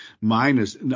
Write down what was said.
minus